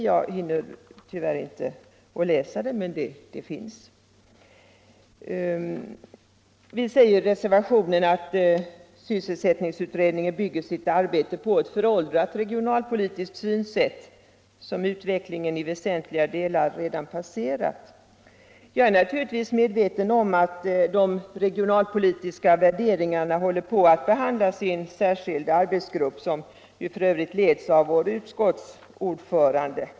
Jag hinner tyvärr inte läsa upp det, men det finns tillgängligt här. Jag är naturligtvis medveten om att en särskild arbetsgrupp inom sysselsättningsutredningen, som f. ö. leds av vår utskottsordförande, arbetar med de regionalpolitiska värderingarna, men det är ett föråldrat regionalpolitiskt synsätt som utvecklingen i väsentliga delar redan passerat.